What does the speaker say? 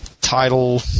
title